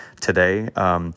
today